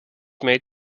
may